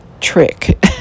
trick